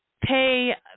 pay